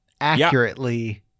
accurately